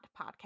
podcast